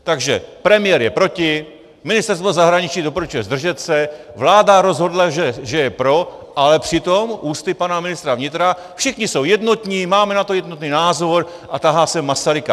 Takže premiér je proti, ministerstvo zahraničí doporučuje zdržet se, vláda rozhodla, že je pro, ale přitom ústy pana ministra vnitra všichni jsou jednotní, máme na to jednotný názor, a tahá sem Masaryka.